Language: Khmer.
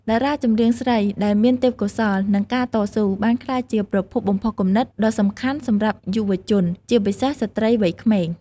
តារាចម្រៀងស្រីដែលមានទេពកោសល្យ និងការតស៊ូ បានក្លាយជា ប្រភពបំផុសគំនិត ដ៏សំខាន់សម្រាប់យុវជន ជាពិសេសស្ត្រីវ័យក្មេង។